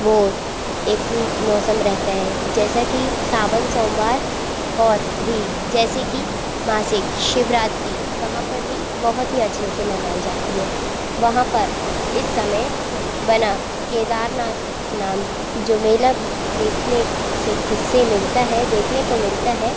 वह एक मौसम रहता है जैसा कि सावन सोमवार और भी जैसे कि मासिक शिवरात्रि वहाँ पर भी बहुत ही अच्छे से मनाई जाती है वहाँ पर इस समय बना केदारनाथ नाम जो मेला भी देखने से किसे मिलता है देखने को मिलता है